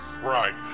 Right